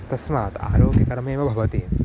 तस्मात् आरोग्यकरमेव भवति